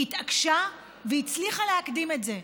היא התעקשה והצליחה להקדים את זה.